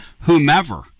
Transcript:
Whomever